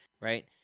right